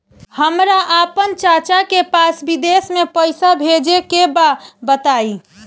हमरा आपन चाचा के पास विदेश में पइसा भेजे के बा बताई